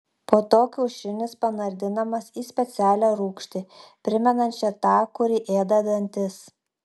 po to kiaušinis panardinamas į specialią rūgštį primenančią tą kuri ėda dantis